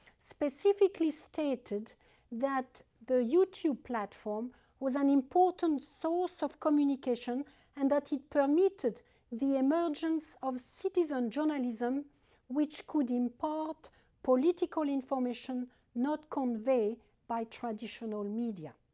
specifically stated that the youtube platform was an important source of communication and that it permitted the emergence of citizen journalism which could impart political information not conveyed by traditional media.